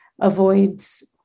avoids